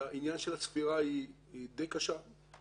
ועניין הספירה הוא די קשה.